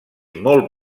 molt